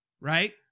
Right